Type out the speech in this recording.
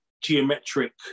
geometric